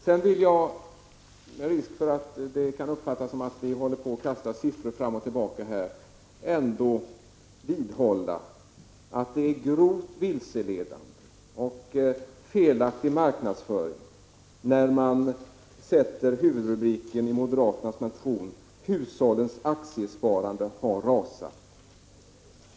Med risk för att det kan uppfattas som att vi bara kastar siffror fram och tillbaka vill jag ändå vidhålla att det är grovt vilseledande och att moderaterna använder en felaktig marknadsföring när de i sin motion sätter som huvudrubrik ”Hushållens aktiesparande har rasat”.